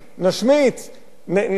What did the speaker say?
וגם גדרות בגבולות.